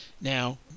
Now